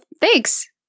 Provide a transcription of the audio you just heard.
thanks